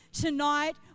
tonight